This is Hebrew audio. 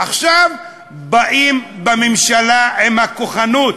עכשיו באים בממשלה עם הכוחנות.